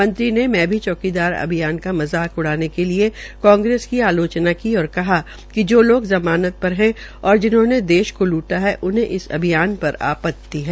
मंत्री ने मै भी चौकीदार अभियान का मजाका उड़ाने के लिये कांग्रेस की आलोचना की और कहा कि जो लोग ज़मानत पर है और देश को लूटा है उन्हें इस अभियान पर आपति है